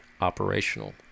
operational